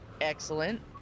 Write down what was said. Excellent